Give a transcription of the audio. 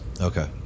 Okay